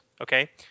okay